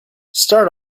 start